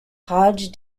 hodge